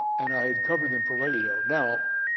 and i had covered them for radio. now,